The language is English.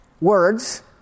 words